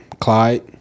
clyde